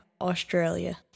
Australia